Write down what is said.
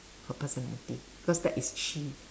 her personality because that is she